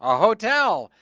ah hotel,